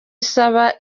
isaba